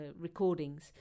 recordings